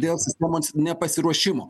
dėl sistemos nepasiruošimo